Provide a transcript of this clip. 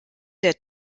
der